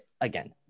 again